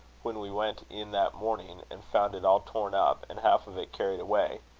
when we went in that morning, and found it all torn up, and half of it carried away.